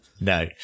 No